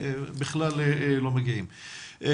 בכלל לא מגיעים.